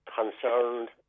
concerned